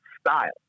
style